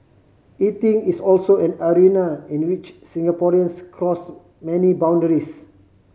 eating is also an arena in which Singaporeans cross many boundaries